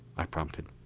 i prompted.